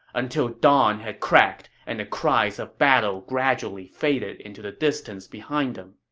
until dawn had cracked and the cries of battle gradually faded into the distance behind them.